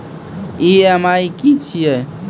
EMI की छिये?